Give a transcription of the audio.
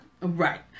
Right